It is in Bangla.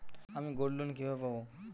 আমি গোল্ডলোন কিভাবে পাব?